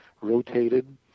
rotated